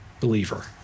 believer